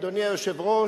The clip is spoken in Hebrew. אדוני היושב-ראש,